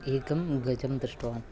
एकं गजं दृष्टवान्